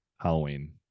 Halloween